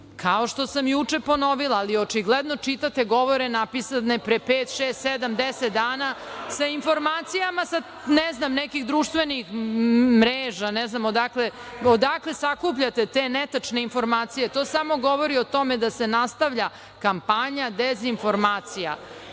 kao što sam juče ponovila, ali očigledno čitate govore napisane pre pet, šest, sedam, deset dana sa informacijama sa ne znam, nekih društvenih mreža, ne znam odakle sakupljate te netačne informacije. To samo govori o tome da se nastavlja kampanja dezinformacija.